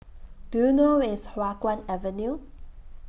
Do YOU know Where IS Hua Guan Avenue